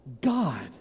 God